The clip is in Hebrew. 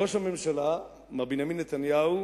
ראש הממשלה, מר בנימין נתניהו,